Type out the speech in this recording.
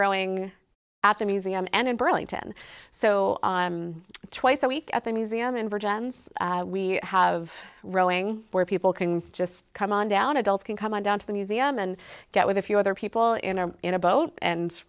rowing at the museum and in burlington so twice a week at the museum in virginia we have rowing where people can just come on down adults can come on down to the museum and get with a few other people in or in a boat and